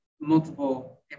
multiple